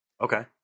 Okay